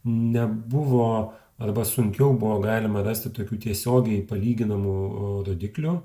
nebuvo arba sunkiau buvo galima rasti tokių tiesiogiai palyginamų u rodiklių